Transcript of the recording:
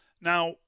Now